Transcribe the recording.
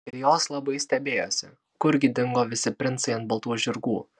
ir jos labai stebėjosi kurgi dingo visi princai ant baltų žirgų